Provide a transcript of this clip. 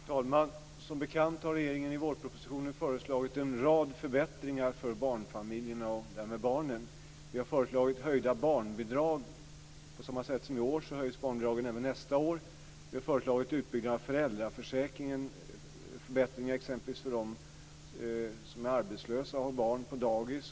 Herr talman! Som bekant har regeringen i vårpropositionen föreslagit en rad förbättringar för barnfamiljerna och därmed för barnen. Vi har föreslagit höjda barnbidrag. På samma sätt som i år höjs barnbidragen även nästa år. Vi har föreslagit en utbyggnad av föräldraförsäkringen. Vi har föreslagit förbättringar för dem som är arbetslösa och har barn på dagis.